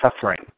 suffering